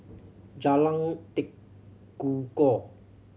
Jalan Tekukor